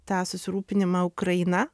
tą susirūpinimą ukraina